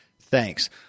Thanks